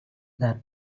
that